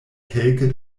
kelke